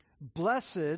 Blessed